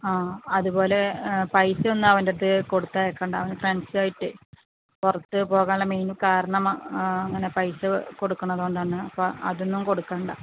ആ അത്പോലെ പൈസയൊന്നും അവൻറ്റടുത്ത് കൊടുത്ത് അയക്കണ്ട അവൻ ഫ്രണ്ട്സുവായിട്ട് പുറത്ത് പോകാനുള്ള മെയിൻ കാരണം അങ്ങനെ പൈസ കൊടുക്കണത് കൊണ്ടാണ് അപ്പം അതൊന്നും കൊടുക്കണ്ട